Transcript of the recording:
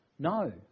No